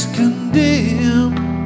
condemned